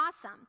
awesome